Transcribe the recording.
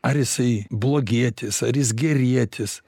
ar jisai blogietis ar jis gerietis